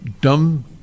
dumb